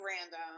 random